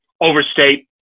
overstate